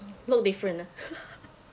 look different ah